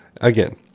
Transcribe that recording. again